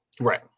Right